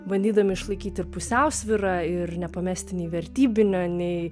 bandydami išlaikyti ir pusiausvyrą ir nepamesti nei vertybinio nei